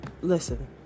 Listen